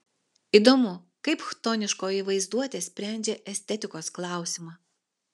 įdomu kaip chtoniškoji vaizduotė sprendžia estetikos klausimą